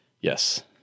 yes